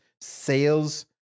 sales